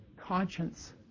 conscience